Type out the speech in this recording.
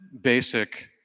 basic